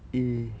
!ee!